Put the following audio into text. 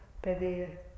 pedir